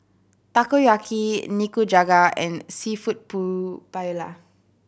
Takoyaki Nikujaga and Seafood Paella